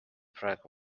praegu